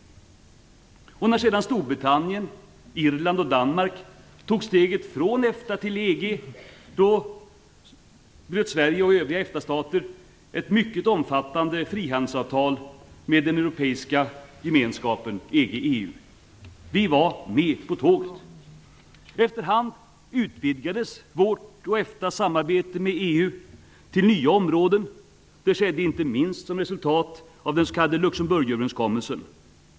När sedan Storbritannien, Irland och Danmark tog steget från EFTA till EG slöt Sverige och övriga EFTA-stater ett mycket omfattande frihandelsavtal med den europeiska gemenskapen EG/EU. Vi var med på tåget. Efter hand utvidgades vårt och EFTA:s samarbete med EU till att omfatta nya områden. Det skedde inte minst som resultat av den s.k. Luxemburgöverenskommelsen.